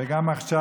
וגם עכשיו.